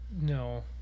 no